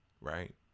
right